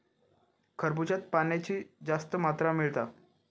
खरबूज्यात पाण्याची जास्त मात्रा मिळता